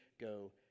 go